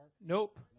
Nope